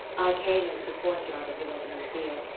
i came into the courtyard of the residencia,